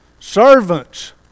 Servants